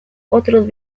otros